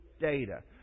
data